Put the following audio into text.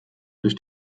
sich